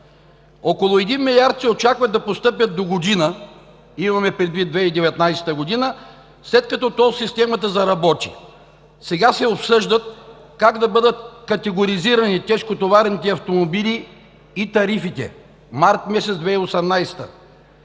„Около един милиард се очакват да постъпят догодина, имаме предвид 2019 г., след като тол системата заработи. Сега се обсъжда как да бъдат категоризирани тежкотоварните автомобили и тарифите.“ Месец март 2018 г.